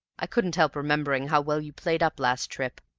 i couldn't help remembering how well you played up last trip,